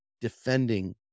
defending